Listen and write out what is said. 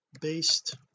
based